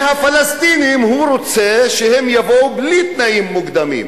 מהפלסטינים הוא רוצה שהם יבואו בלי תנאים מוקדמים,